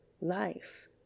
life